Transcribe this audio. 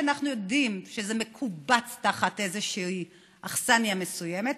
שאנחנו יודעים שזה מקובץ תחת אכסניה מסוימת,